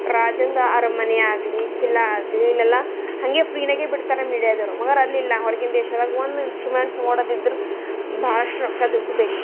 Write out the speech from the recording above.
ರಾಜಂದು ಅರಮನೆ ಆಗಲಿ ಖಿಲ್ಲ ಆಗಲಿ ಇಲ್ಲೆಲ್ಲ ಹಾಗೆ ಫ್ರೀನಾಗೆ ಬಿಡ್ತಾರೆ ಮೀಡಿಯಾದವರು ಮಗರ್ ಅಲ್ಲಿಲ್ಲ ಹೊರ್ಗಿನ ದೇಶದಾಗ ಒಂದು ಇನ್ಸ್ಟ್ರುಮೆಂಟ್ ನೋಡೋದಿದ್ರು ಬಹಳಷ್ಟು ರೊಕ್ಕ ದುಡ್ಡು ಬೇಕು